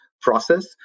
process